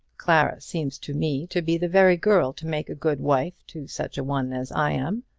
clara seems to me to be the very girl to make a good wife to such a one as i am.